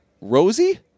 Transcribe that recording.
Rosie